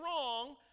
wrong